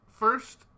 First